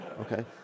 Okay